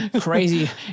crazy